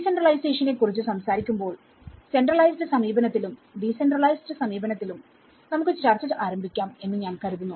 ഡീസെൻട്രലൈസേഷനെകുറിച്ച് സംസാരിക്കുമ്പോൾസെൻട്രലൈസ്ഡ് സമീപനത്തിലും ഡീസെൻട്രലൈസ്ഡ് സമീപനത്തിലും നമുക്ക് ചർച്ച ആരംഭിക്കാം എന്ന് ഞാൻ കരുതുന്നു